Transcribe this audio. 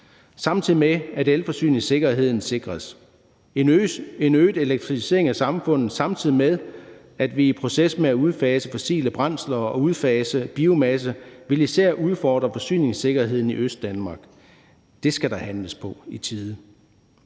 samtidig med at elforsyningssikkerheden sikres. En øget elektrificering af samfundet, samtidig med at vi er i proces med at udfase fossile brændsler og udfase biomasse, vil især udfordre forsyningssikkerheden i Østdanmark. Det skal der handles på i tide.